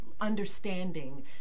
Understanding